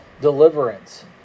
deliverance